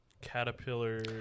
caterpillar